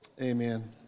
Amen